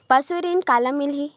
पशु ऋण काला मिलही?